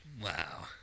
wow